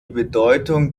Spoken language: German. bedeutung